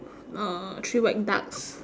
uh three white ducks